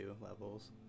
levels